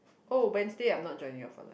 oh Wednesday I'm not joining you all for lunch